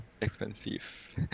expensive